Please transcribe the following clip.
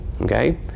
Okay